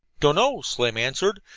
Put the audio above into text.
don't know, slim answered,